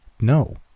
No